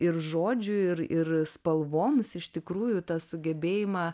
ir žodžių ir ir spalvoms iš tikrųjų tą sugebėjimą